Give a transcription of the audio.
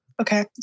Okay